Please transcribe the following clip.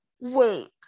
wait